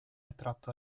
attratto